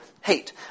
hate